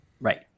right